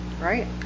Right